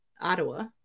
ottawa